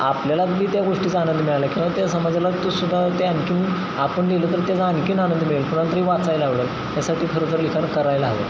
आपल्याला बी त्या गोष्टीचा आनंद मिळाला किंवा त्या समाजाला तो सुद्धा त्या आणखी आपण दिलं तर त्याचा आणखी आनंद मिळेल कुणाला तरी वाचायला आवडेल यासाठी खरंतर लिखाण करायला हवं